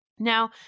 Now